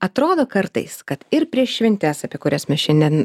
atrodo kartais kad ir prieš šventes apie kurias mes šiandien